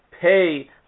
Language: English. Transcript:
pay